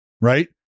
right